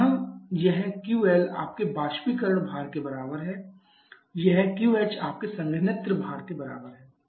तो यहाँ यह QL आपके बाष्पीकरण भार के बराबर है यह QH आपके संघनित्र भार के बराबर है